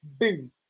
boom